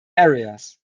areas